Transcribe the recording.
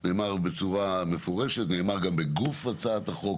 זה נאמר גם בגוף הצעת החוק